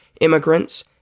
immigrants